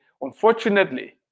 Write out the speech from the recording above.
Unfortunately